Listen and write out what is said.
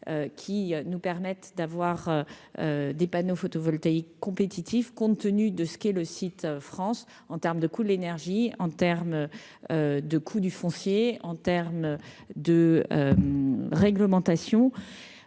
qui nous permettent d'avoir des panneaux photovoltaïques compétitif, compte tenu de ce qu'est le site France en terme de coût de l'énergie en terme de coût du foncier en terme de réglementation